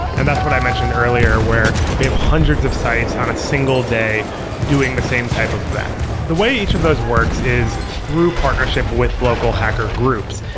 and that's what i mentioned earlier, where we have hundreds of sites on a single day doing the same type of event the way each of those works is through partnership with local hacker groups.